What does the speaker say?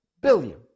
billion